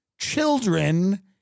children